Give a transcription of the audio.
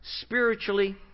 Spiritually